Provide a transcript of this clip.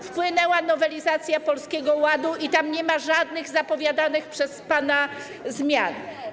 Wpłynęła nowelizacja Polskiego Ładu i tam nie ma żadnych zapowiadanych przez pana zmian.